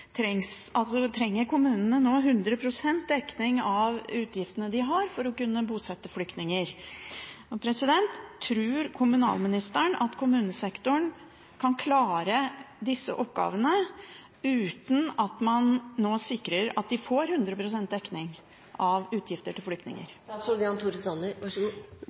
trenger kommunene nå 100 pst. dekning av utgiftene de har for å kunne bosette flyktninger. Tror kommunalministeren at kommunesektoren kan klare disse oppgavene uten at man nå sikrer at de får 100 pst. dekning av utgifter til flyktninger?